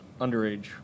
underage